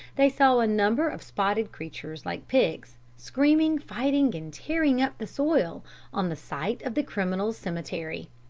they saw a number of spotted creatures like pigs, screaming, fighting and tearing up the soil on the site of the criminals' cemetery.